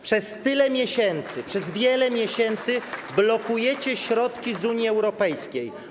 Przez tyle miesięcy, przez wiele miesięcy blokujecie środki z Unii Europejskiej.